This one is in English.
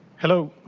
hello.